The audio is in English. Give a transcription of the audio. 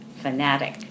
fanatic